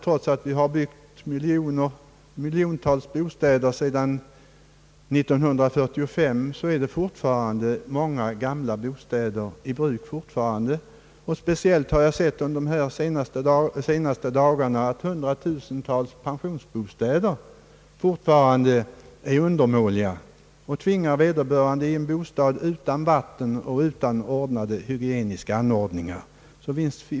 Trots att vi byggt miljontals bostäder sedan 1945 finns det fortfarande många gamla bostäder i bruk. Speciellt har jag under de senaste dagarna sett att hundratusenials pensionärsbostäder fortfarande är undermåliga, och vederbörande tvingas att bo kvar i en bostad utan vatten och utan godtagbara hygieniska anordningar.